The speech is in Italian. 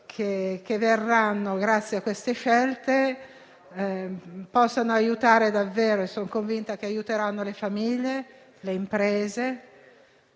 che verranno grazie alle scelte fatte possano aiutare davvero - e sono convinta che aiuteranno - le famiglie, le imprese